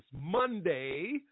Monday